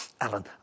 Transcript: Alan